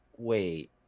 Wait